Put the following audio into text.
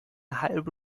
halbe